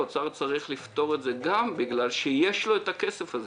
האוצר צריך לפתור את זה גם בגלל שיש לו את הכסף הזה,